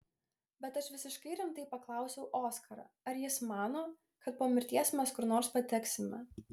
bet aš visiškai rimtai paklausiau oskarą ar jis mano kad po mirties mes kur nors pateksime